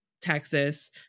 Texas